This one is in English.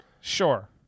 sure